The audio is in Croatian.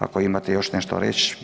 Ako imate još nešto reći?